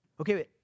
Okay